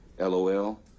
LOL